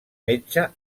metge